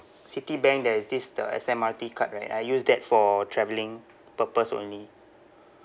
citibank there is this the S_M_R_T card right I use that for travelling purpose only